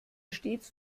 stets